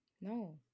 No